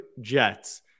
jets